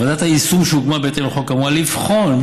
ועדת היישום שהוקמה בהתאם לחוק אמורה לבחון,